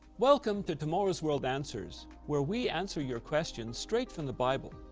welcome to tomorrow's world answers where we answer your questions straight from the bible.